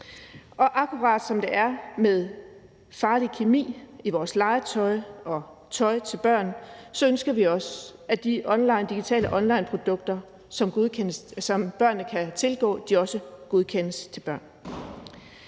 Og akkurat som det er med farlig kemi i vores legetøj og tøj til børn, ønsker vi også, at de digitale onlineprodukter, som børnene kan tilgå, også godkendes til børn.